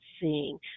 seeing